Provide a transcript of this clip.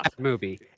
movie